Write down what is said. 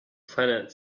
planet